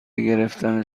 گرفتن